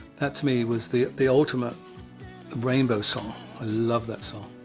that, to me, was the the ultimate rainbow song. i love that song.